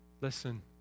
Listen